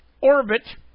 orbit